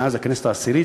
מאז הכנסת העשירית,